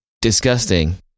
disgusting